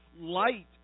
light